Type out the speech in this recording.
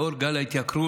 לאור גל ההתייקרות